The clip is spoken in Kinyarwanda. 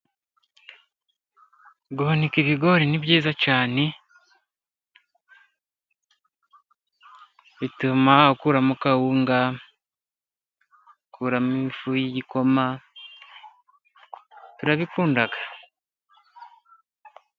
Guhanika ibigori ni byiza cyane. Bituma dukuramo akawunga , ukuramo ifu y'igikoma, turabikunda.